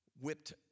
whipped